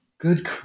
Good